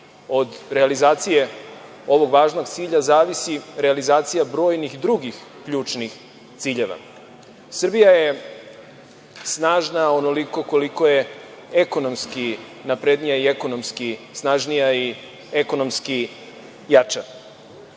Od realizacije ovog važnog cilja zavisi realizacija brojnih drugih ključnih ciljeva. Srbija je snažna onoliko koliko je ekonomski naprednija i ekonomski snažnija i ekonomski jača.